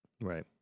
Right